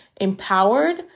empowered